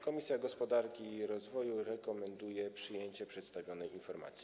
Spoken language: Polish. Komisja Gospodarki i Rozwoju rekomenduje przyjęcie przedstawionej informacji.